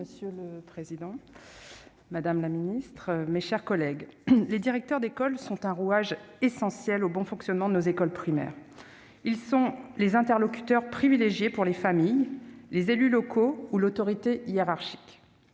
Monsieur le président, madame la secrétaire d'État, mes chers collègues, les directeurs d'école sont un rouage essentiel au bon fonctionnement de nos écoles primaires. Ils sont les interlocuteurs privilégiés des familles, des élus locaux ou de l'autorité hiérarchique.